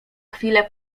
chwilę